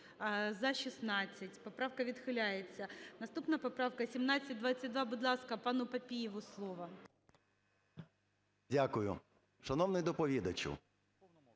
Дякую. Шановний доповідачу,